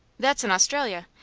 that's in australia.